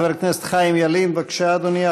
חבר הכנסת חיים ילין, בבקשה, אדוני.